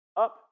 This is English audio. Up